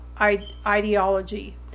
ideology